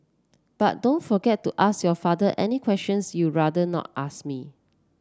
but don't forget to ask your father any questions you'd rather not ask me